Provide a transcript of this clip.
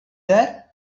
there